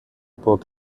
burg